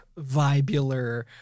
vibular